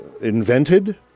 invented